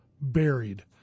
Buried